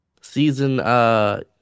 season